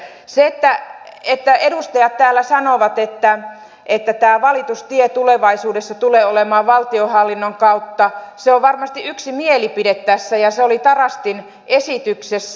se että edustajat täällä sanovat että valitustie tulevaisuudessa tulee olemaan valtionhallinnon kautta on varmasti yksi mielipide tässä ja se oli tarastin esityksessä